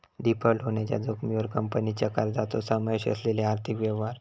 default होण्याच्या जोखमीवर कंपनीच्या कर्जाचो समावेश असलेले आर्थिक व्यवहार